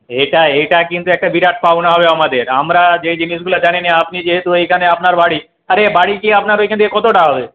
এটা এটা কিন্তু একটা বিরাট পাওনা হবে আমাদের আমরা যে জিনিসগুলো জানিনে আপনি যেহেতু এইখানে আপনার বাড়ি আর এ বাড়িটি আপনার ওইখান থেকে কতটা হবে